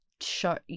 show